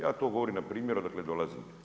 Ja to govorim na primjeru odakle dolazim.